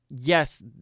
yes